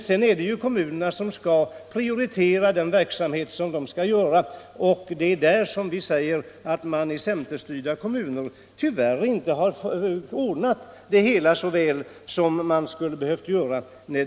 Sedan är det dock kommunernas uppgift att prioritera de verksamheter de skall genomföra. Och vi måste tyvärr från den utgångspunkten konstatera att centerstyrda kommuner inte ordnat barnomsorgen så väl som man skulle ha behövt göra.